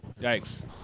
Yikes